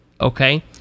okay